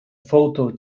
photo